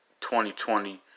2020